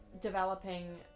developing